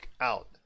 out